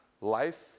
life